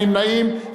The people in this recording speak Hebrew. אין נמנעים.